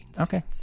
Okay